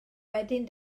wedyn